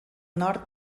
nord